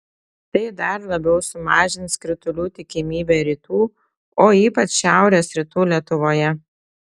tai dar labiau sumažins kritulių tikimybę rytų o ypač šiaurės rytų lietuvoje